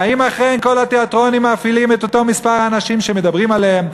האם אכן כל התיאטראות מפעילים את אותו מספר האנשים שמדברים עליהם,